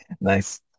Nice